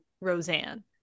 roseanne